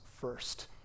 first